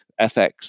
FX